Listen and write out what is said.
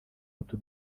utu